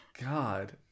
God